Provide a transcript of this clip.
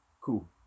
Cool